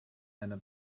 einer